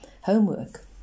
homework